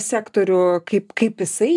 sektorių kaip kaip jisai